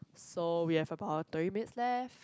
so we have about thirty minutes left